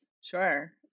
Sure